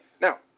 Now